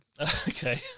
Okay